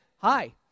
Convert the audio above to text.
hi